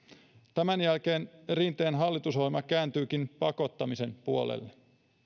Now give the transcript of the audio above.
tämän jälkeen rinteen hallitusohjelma kääntyykin pakottamisen puolelle